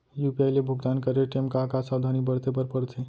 UPI ले भुगतान करे टेम का का सावधानी बरते बर परथे